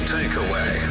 Takeaway